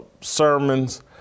sermons